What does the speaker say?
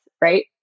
right